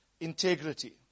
integrity